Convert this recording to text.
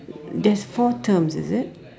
there's four terms is it